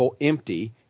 empty